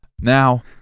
Now